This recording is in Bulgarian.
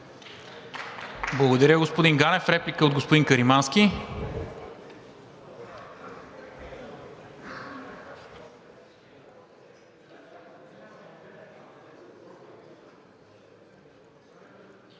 Благодаря, господин Ганев. Реплика от господин Каримански.